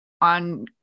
on